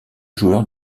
joueur